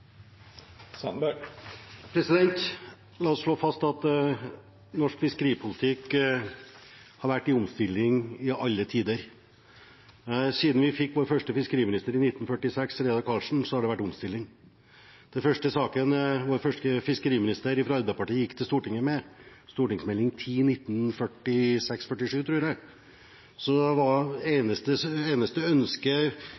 derifrå. La oss slå fast at norsk fiskeripolitikk har vært i omstilling til alle tider. Siden vi fikk vår første fiskeriminister i 1946, Reidar Carlsen, har det vært omstilling. I den første saken vår første fiskeriminister, fra Arbeiderpartiet, gikk til Stortinget med – St.meld. nr. 10 for 1946–47, tror jeg det var